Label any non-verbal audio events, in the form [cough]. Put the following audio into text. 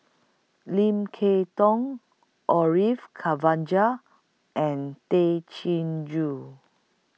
Lim Kay Tong Orfeur [unintelligible] and Tay Chin Joo